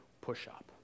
push-up